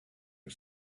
the